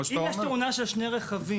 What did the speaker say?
אם יש תאונה של שני רכבים,